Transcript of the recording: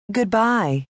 Goodbye